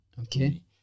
Okay